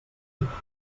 enemics